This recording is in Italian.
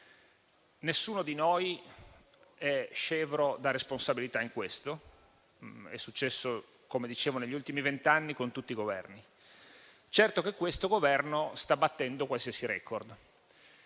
Nessuno di noi è scevro da responsabilità in questo: è successo - come dicevo - negli ultimi vent'anni con tutti i Governi. Certo è che questo Governo sta battendo qualsiasi *record*.